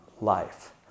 life